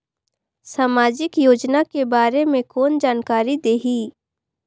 समाजिक योजना के बारे मे कोन जानकारी देही?